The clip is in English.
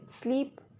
sleep